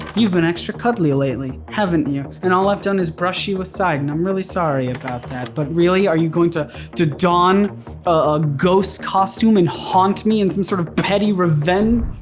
you've been extra cuddly lately, haven't you? and all i've done is brush you aside and i'm really sorry about that but really are you going to to don a ghost costume and haunt me in some sort of petty revenge?